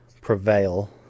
prevail